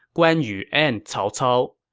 guan yu and cao cao.